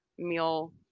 Meal